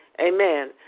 Amen